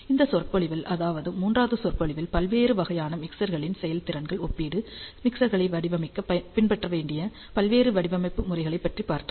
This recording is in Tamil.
இந்த சொற்பொழிவில் அதாவது மூன்றாவது சொற்பொழிவில் பல்வேறு வகையான மிக்சர்களின் செயல்திறன் ஒப்பீடு மிக்சர்களை வடிவமைக்க பின்பற்றப்பட வேண்டிய பல்வேறு வடிவமைப்பு முறைகள் பற்றிப் பார்த்தோம்